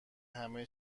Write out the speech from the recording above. همه